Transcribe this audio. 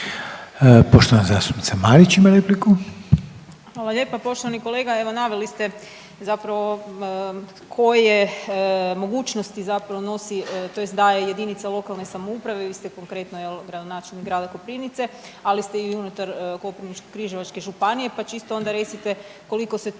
Poštovana zastupnica Marić ima repliku.